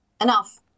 enough